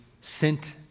sent